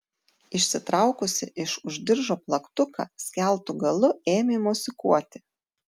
išsitraukusi iš už diržo plaktuką skeltu galu ėmė mosikuoti